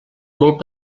molt